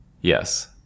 Yes